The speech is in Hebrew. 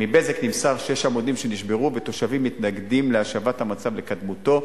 "מ'בזק' נמסר שיש עמודים שנשברו ותושבים מתנגדים להשבת המצב לקדמותו.